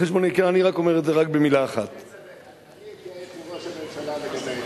אני אתייעץ עם ראש הממשלה לגבי מה שהצעת.